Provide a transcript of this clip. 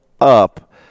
up